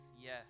Yes